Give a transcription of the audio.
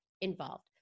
involved